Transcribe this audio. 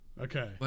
Okay